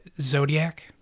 Zodiac